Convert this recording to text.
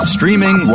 Streaming